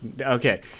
Okay